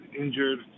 injured